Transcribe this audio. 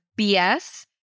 BS